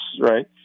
right